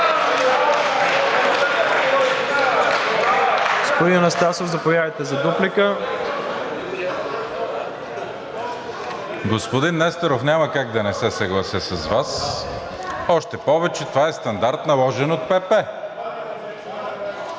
Господин Несторов, няма как да не се съглася с Вас, още повече това е стандарт, наложен от ПП.